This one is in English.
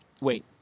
wait